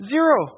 Zero